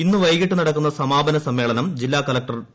ഇന്ന് വൈകിട്ട് നടക്കുന്ന സമാപന സമ്മേളനം ജില്ലാ കലക്ടർ ടി